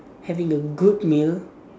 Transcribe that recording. having a good meal